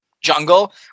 jungle